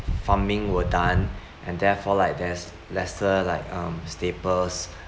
farming were done and therefore like there's lesser like um staples